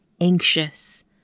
anxious